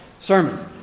sermon